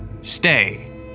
Stay